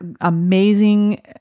amazing